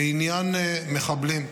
לעניין מחבלים: